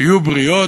שיהיו בריאות,